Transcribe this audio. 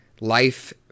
life